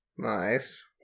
Nice